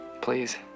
Please